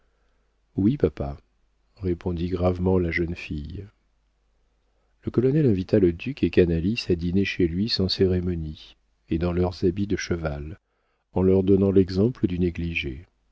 historiques oui papa répondit gravement la jeune fille le colonel invita le duc et canalis à dîner chez lui sans cérémonie et dans leurs habits de cheval en leur donnant l'exemple du négligé